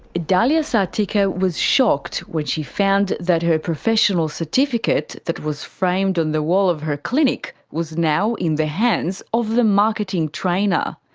dahlia sartika was shocked when she found that her professional certificate that was framed on the wall of her clinic was now in the hands of the marketing trainer.